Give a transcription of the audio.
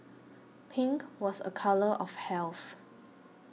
pink was a colour of health